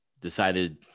decided